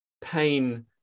pain